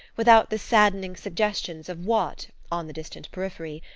without the saddening suggestions of what, on the distant periphery,